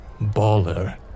baller